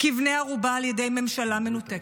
כבני ערובה על ידי ממשלה מנותקת.